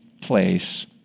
place